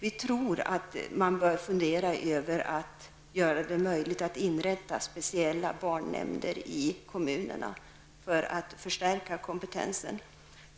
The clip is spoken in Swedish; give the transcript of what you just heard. Vi tror att man bör fundera över att göra det möjligt att inrätta speciella barnnämnder i kommunerna för att på det sättet förstärka den här kompetensen.